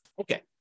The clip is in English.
okay